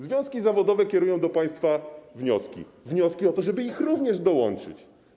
Związki zawodowe kierują do państwa wnioski, wnioski o to, żeby ich również dołączyć.